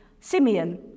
Simeon